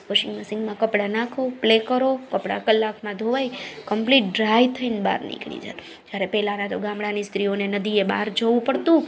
washing મશીનમાં કપડાં નાખો પ્લે કરો કપડાં કલાકમાં ધોવાઈ કમ્પ્લેટ ડ્રાઈ થઈને બહાર નીકળી જતાં જયારે પહેલા ના તો ગામડાની સ્ત્રીઓને નદીએ બાર જવું પડતું